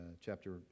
chapter